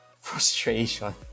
frustration